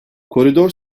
koridor